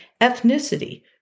ethnicity